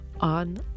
on